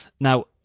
Now